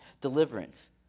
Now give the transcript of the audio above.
deliverance